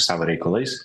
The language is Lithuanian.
savo reikalais